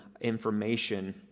information